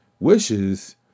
wishes